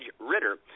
Ritter